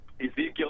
Ezekiel